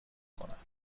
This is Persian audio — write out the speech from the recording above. کند